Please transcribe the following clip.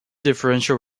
differential